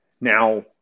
Now